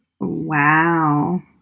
Wow